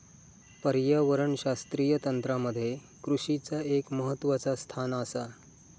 पर्यावरणशास्त्रीय तंत्रामध्ये कृषीचा एक महत्वाचा स्थान आसा